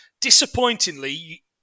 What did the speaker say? disappointingly